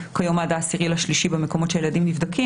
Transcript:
מכיוון שהייתה הסכמה מלאה בין מפלגות הקואליציה למפלגות האופוזיציה,